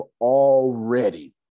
already